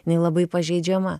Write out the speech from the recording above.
jinai labai pažeidžiama